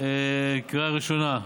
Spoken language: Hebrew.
קריאה ראשונה.